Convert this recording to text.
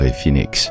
Phoenix 。